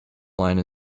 line